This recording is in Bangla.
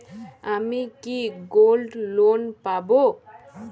আমি কি গোল্ড লোন পাবো?